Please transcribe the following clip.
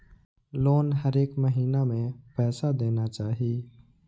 Loan हरेक महीना में पैसा देना चाहि?